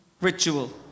Ritual